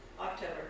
October